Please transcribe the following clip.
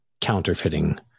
counterfeiting